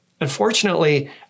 Unfortunately